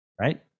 right